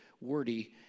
wordy